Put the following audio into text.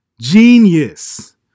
Genius